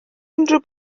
unrhyw